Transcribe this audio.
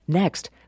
Next